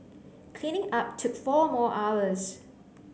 cleaning up took four more hours